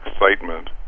excitement